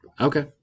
Okay